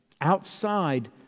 outside